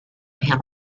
him